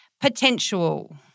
potential